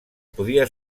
podia